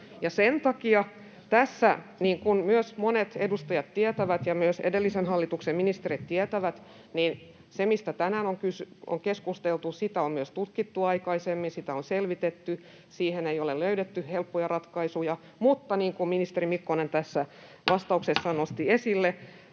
Sen takia tässä — niin kuin myös monet edustajat tietävät ja myös edellisen hallituksen ministerit tietävät — sitä, mistä tänään on keskusteltu, on tutkittu myös aikaisemmin, ja sitä on selvitetty, ja siihen ei ole löydetty helppoja ratkaisuja, mutta niin kuin ministeri Mikkonen tässä vastauksessaan nosti esille,